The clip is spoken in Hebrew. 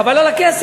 חבל על הכסף,